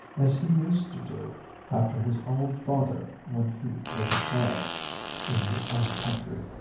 as he used to do after his old father when he was a child in his own country.